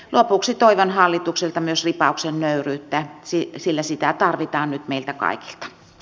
lopuksi toivon hallitukselta myös ripausta nöyryyttä sillä sitä tarvitaan nyt meiltä kaikilta